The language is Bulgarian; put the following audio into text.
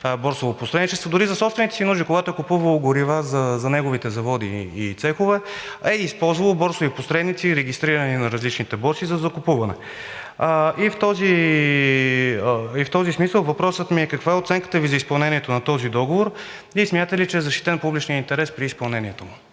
борсово посредничество – дори за собствените си нужди, когато е купувало горива за неговите заводи и цехове, а е използвало борсови посредници, регистрирани на различните борси, за закупуване? В този смисъл, въпросът ми е: каква е оценката Ви за изпълнението на този договор и смятате ли, че е защитен публичният интерес при изпълнението му?